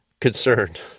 concerned